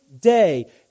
day